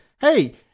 hey